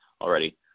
already